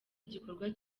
igikorwa